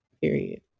Period